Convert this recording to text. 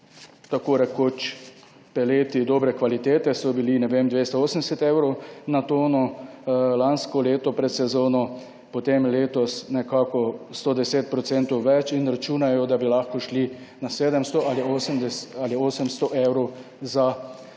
tako rekoč peleti dobre kvalitete, so bili, ne vem, 280 evrov na tono, lansko leto pred sezono. Potem letos nekako 110 % več in računajo, da bi lahko šli na 700 ali 800 evrov za